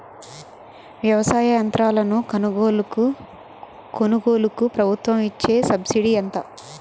వ్యవసాయ యంత్రాలను కొనుగోలుకు ప్రభుత్వం ఇచ్చే సబ్సిడీ ఎంత?